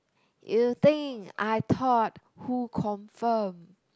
you think I thought who confirm